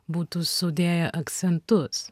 būtų sudėję akcentus